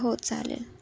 हो चालेल